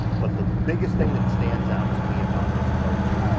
but the biggest thing, that stands out to me about this coach,